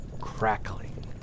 crackling